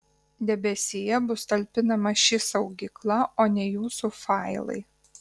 debesyje bus talpinama ši saugykla o ne jūsų failai